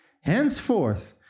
Henceforth